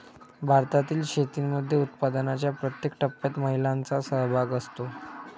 भारतातील शेतीमध्ये उत्पादनाच्या प्रत्येक टप्प्यात महिलांचा सहभाग असतो